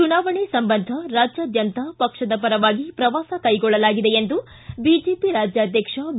ಚುನಾವಣೆ ಸಂಬಂಧ ರಾಜ್ಯಾದ್ಯಂತ ಪಕ್ಷದ ಪರವಾಗಿ ಪ್ರವಾಸ ಕೈಗೊಳ್ಳಲಾಗಿದೆ ಎಂದು ಬಿಜೆಪಿ ರಾಜ್ಯಾದ್ವಕ್ಷ ಬಿ